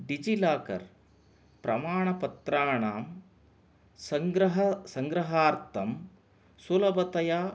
digi locker प्रमाणपत्राणां सङ्ग्रह सङ्ग्रहार्थं सुलभतया